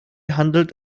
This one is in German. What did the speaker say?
handelt